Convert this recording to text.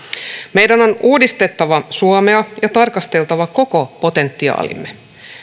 meidän on uudistettava suomea ja tarkasteltava koko potentiaaliamme